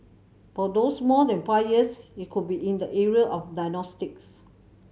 for those more than five years it could be in the area of diagnostics